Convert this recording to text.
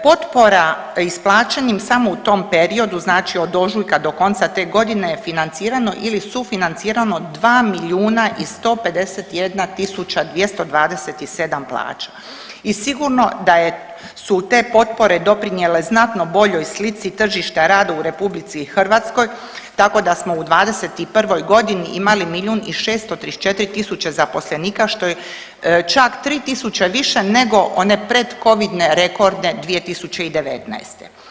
Potpora i s plaćanjem samo u tom periodu znači od ožujka do konca te godine je financirano ili sufinancirano 2 milijuna i 151 tisuća 227 plaća i sigurno da su te potpore doprinijele znatno boljoj slici tržišta rada u RH, tako da smo u '21.g. imali miliju i 634 tisuće zaposlenika što je čak 3 tisuće više nego one predcovine rekordne 2019.